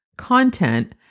content